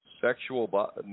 sexual